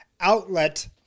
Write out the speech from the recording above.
outlet